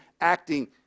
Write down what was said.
acting